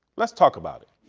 let's talk about it.